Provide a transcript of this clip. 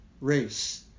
race